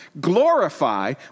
Glorify